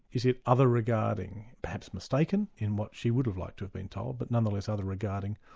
is it other-regarding, perhaps mistaken in what she would have liked to have been told, but nonetheless other-regarding,